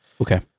Okay